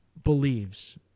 believes